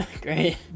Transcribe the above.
great